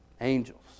angels